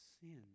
sins